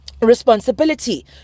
responsibility